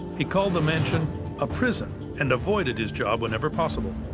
he called the mansion a prison and avoided his job whenever possible.